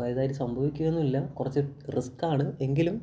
വലുതായിട്ട് സംഭവിക്കൊന്നുമില്ലാ കുറച്ച് റിസ്കാണ് എങ്കിലും